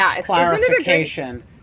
clarification